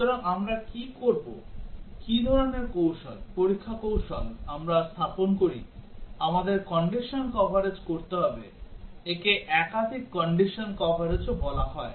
সুতরাং আমরা কি করবো কি ধরনের কৌশল পরীক্ষা কৌশল আমরা স্থাপন করি আমাদের কন্ডিশন কভারেজ করতে হবে একে একাধিক কন্ডিশন কভারেজও বলা হয়